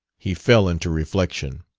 he fell into reflection.